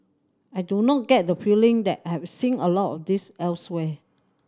I do not get the feeling that I have seen a lot of this elsewhere